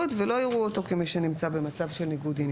ולא יראו אותו כמי שנמצא במצב של ניגוד עניינים.